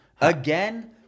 Again